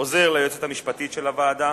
עוזר ליועצת המשפטית של הוועדה,